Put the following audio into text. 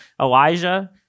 Elijah